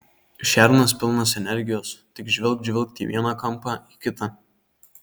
šernas pilnas energijos tik žvilgt žvilgt į vieną kampą į kitą